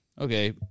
Okay